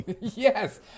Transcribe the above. Yes